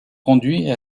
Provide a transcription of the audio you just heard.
conduit